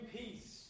peace